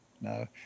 No